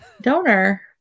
donor